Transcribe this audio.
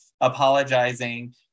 apologizing